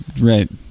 Right